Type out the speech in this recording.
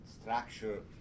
structure